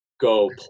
go